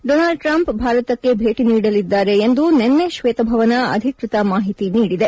Donald Trump ಭಾರತಕ್ಕೆ ಭೇಟಿ ನೀಡಲಿದ್ದಾರೆ ಎಂದು ನಿನ್ನೆ ಶ್ವೇತಭವನ ಅಧಿಕೃತ ಮಾಹಿತಿ ನೀಡಿದೆ